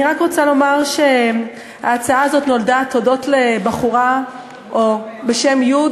אני רק רוצה לומר שההצעה הזאת נולדה תודות לבחורה בשם י',